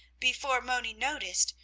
before moni noticed,